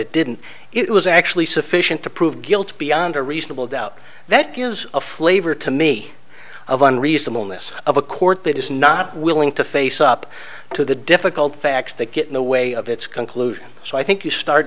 it didn't it was actually sufficient to prove guilt beyond a reasonable doubt that gives a flavor to me of an reasonableness of a court that is not willing to face up to the difficult facts that get in the way of its conclusion so i think you start